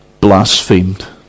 blasphemed